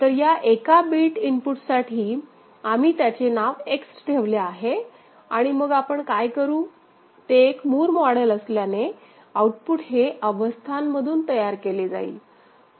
तर या एका बिट इनपुटसाठी आम्ही त्याचे नाव X ठेवले आहे आणि मग आपण काय करू ते एक मूर मॉडेल असल्याने आउटपुट हे अवस्थांमधून तयार केले जाईल